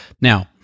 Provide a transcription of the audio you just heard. Now